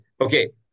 Okay